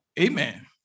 amen